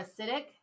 acidic